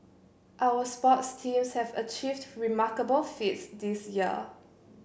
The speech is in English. our sports teams have achieved remarkable feats this year